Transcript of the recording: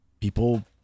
People